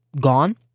gone